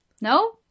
No